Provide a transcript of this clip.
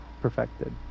perfected